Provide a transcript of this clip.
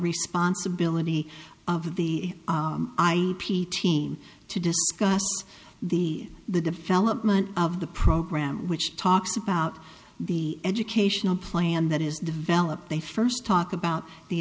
responsibility of the i p team to discuss the the development of the program which talks about the educational plan that is developed they first talk about the